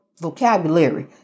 vocabulary